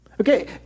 Okay